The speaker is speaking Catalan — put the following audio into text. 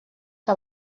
que